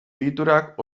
egiturak